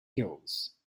hills